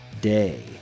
day